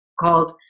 called